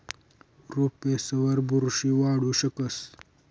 रोपेसवर बुरशी वाढू शकस